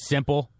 Simple